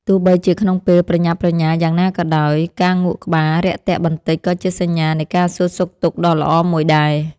ទោះបីជាក្នុងពេលប្រញាប់ប្រញាល់យ៉ាងណាក៏ដោយ ការងក់ក្បាលរាក់ទាក់បន្តិចក៏ជាសញ្ញានៃការសួរសុខទុក្ខដ៏ល្អមួយដែរ។